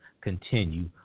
continue